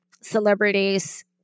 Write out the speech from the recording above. celebrities